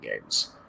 games